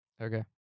Okay